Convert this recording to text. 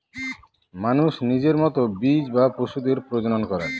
মানুষ নিজের মতো বীজ বা পশুদের প্রজনন করায়